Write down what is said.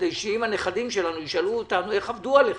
כדי שאם הנכדים שלנו ישאלו איך עבדו עליכם,